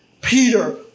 Peter